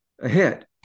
ahead